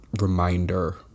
reminder